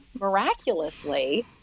miraculously